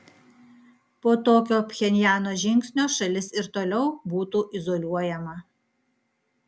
po tokio pchenjano žingsnio šalis ir toliau būtų izoliuojama